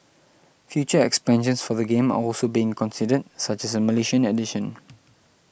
future expansions for the game are also being considered such as a Malaysian edition